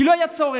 כי לא היה צורך.